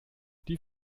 die